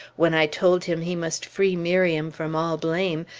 when i told him he must free miriam from all blame,